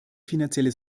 finanzielle